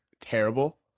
terrible